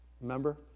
Remember